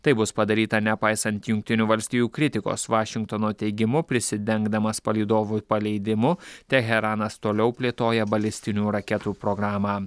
tai bus padaryta nepaisant jungtinių valstijų kritikos vašingtono teigimu prisidengdamas palydovų paleidimu teheranas toliau plėtoja balistinių raketų programą